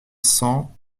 cents